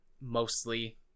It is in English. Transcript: mostly